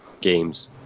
Games